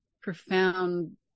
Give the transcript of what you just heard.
profound